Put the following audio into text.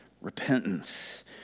repentance